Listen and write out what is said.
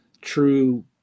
true